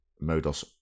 modus